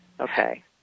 Okay